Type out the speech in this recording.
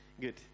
Good